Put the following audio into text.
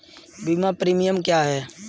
बीमा प्रीमियम क्या है?